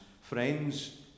friends